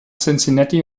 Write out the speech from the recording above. cincinnati